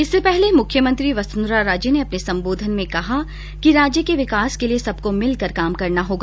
इससे पहले मुख्यमंत्री वसुंधरा राजे ने अपने संबोधन में कहा कि राज्य के विकास के लिए सबको मिलकर काम करना होगा